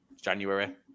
January